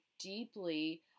deeply